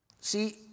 See